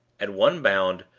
at one bound,